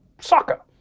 Soccer